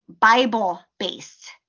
Bible-based